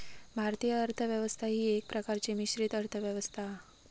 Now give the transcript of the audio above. भारतीय अर्थ व्यवस्था ही एका प्रकारची मिश्रित अर्थ व्यवस्था हा